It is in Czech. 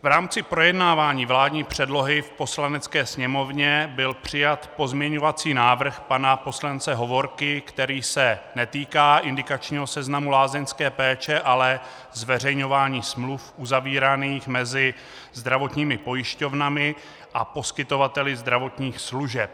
V rámci projednávání vládní předlohy v Poslanecké sněmovně byl přijat pozměňovací návrh pana poslance Hovorky, který se netýká indikačního seznamu lázeňské péče, ale zveřejňování smluv uzavíraných mezi zdravotními pojišťovnami a poskytovateli zdravotních služeb.